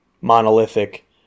monolithic